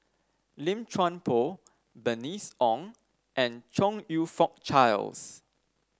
Lim Chuan Poh Bernice Ong and Chong You Fook Charles